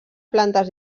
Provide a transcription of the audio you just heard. plantes